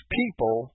people